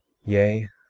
yea,